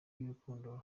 y’urukundo